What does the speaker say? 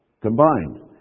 combined